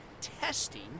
testing